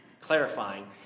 clarifying